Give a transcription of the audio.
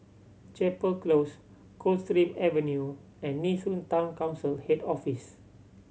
Chapel Close Coldstream Avenue and Nee Soon Town Council Head Office